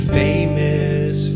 famous